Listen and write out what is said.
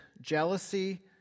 jealousy